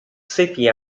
sete